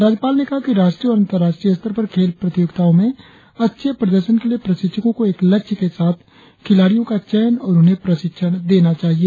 राज्यपाल ने कहा कि राष्ट्रीय और अंतराष्ट्रीय स्तर पर खेल प्रतियोगिताओं में अच्छे प्रदर्शन के लिए प्रशिक्षकों को एक लक्ष्य के साथ खिलाड़ियों का चयन और उन्हें प्रशिक्षण देना चाहिए